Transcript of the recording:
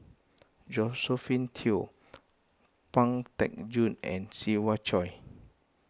Josephine Teo Pang Teck Joon and Siva Choy